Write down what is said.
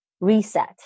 reset